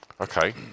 Okay